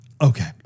Okay